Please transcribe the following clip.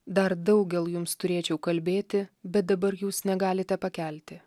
dar daugel jums turėčiau kalbėti bet dabar jūs negalite pakelti